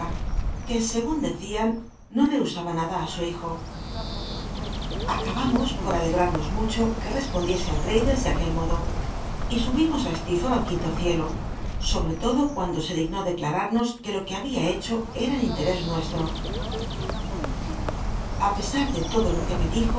que segun decían no rchusnba nada su hijo acabnmos poc alegrarnos mucho que respondiese á l'raddles de aquel modo y subimos á stí foro quinto ciclo sobcc todo cuando se dignó dcclnrarnos que lo que babia o hecho era en intecés nucstc a l esac de todo lo que me dijo